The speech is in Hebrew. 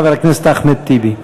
חבר הכנסת אחמד טיבי.